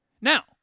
Now